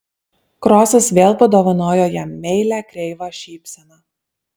krosas vėl padovanojo jam meilią kreivą šypseną